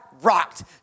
rocked